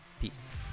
Peace